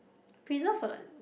preserve or don't